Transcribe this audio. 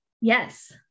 yes